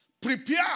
Prepare